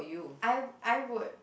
I I would